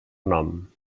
nom